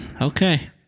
okay